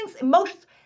emotions